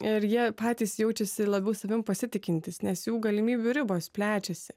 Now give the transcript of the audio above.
ir jie patys jaučiasi labiau savim pasitikintys nes jų galimybių ribos plečiasi